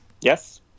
yes